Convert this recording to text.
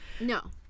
No